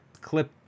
Clip